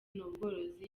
n’ubworozi